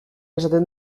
esaten